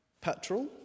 Petrol